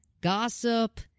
gossip